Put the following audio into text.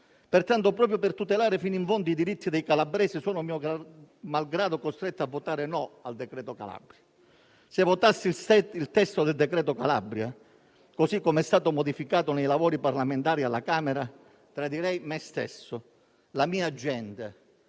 Pertanto, proprio per tutelare fino in fondo i diritti dei calabresi, sono mio malgrado costretto a votare no al cosiddetto decreto Calabria. Se votassi il testo del decreto, così come è stato modificato nei lavori parlamentari alla Camera, tradirei me stesso, la mia gente,